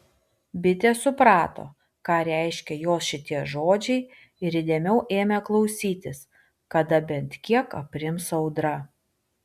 bitė suprato ką reiškia jos šitie žodžiai ir įdėmiau ėmė klausytis kada bent kiek aprims audra